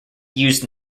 used